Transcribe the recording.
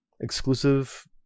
exclusive